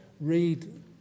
read